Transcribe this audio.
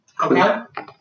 Okay